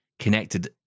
connected